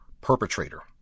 perpetrator